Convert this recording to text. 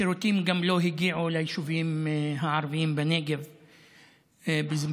שירותים לא הגיעו גם ליישובים הערביים בנגב בזמנו,